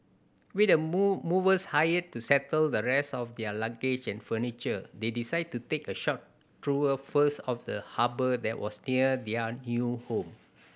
with the movers hired to settle the rest of their luggage and furniture they decided to take a short tour first of the harbour that was near their new home